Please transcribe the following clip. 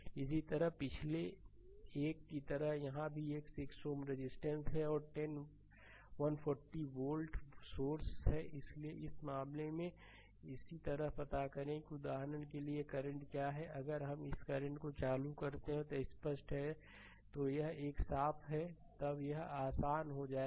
इसी तरह पिछले एक की तरह यहां भी एक 6 Ω रेजिस्टेंस है और 140 वोल्ट सोर्स है इसलिए इस मामले में इसी तरह पता करें कि उदाहरण के लिए यह करंट क्या है अगर हम इस करंट को चालू करते हैं तो अगर यह स्पष्ट है तो यह एक साफ है तब यह आसान हो जाएगा